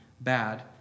bad